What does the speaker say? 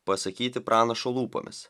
pasakyti pranašo lūpomis